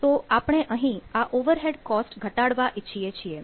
તો આપણે અહીં આ ઓવરહેડ કોસ્ટ ઘટાડવા ઈચ્છીએ છીએ